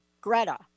Greta